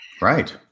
Right